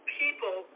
people